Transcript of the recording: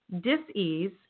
dis-ease